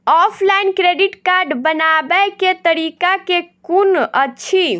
Offline credit card बनाबै केँ तरीका केँ कुन अछि?